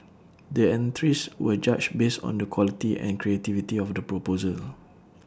the entries were judged based on the quality and creativity of the proposal